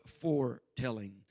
foretelling